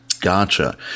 gotcha